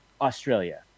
Australia